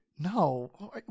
No